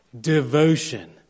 devotion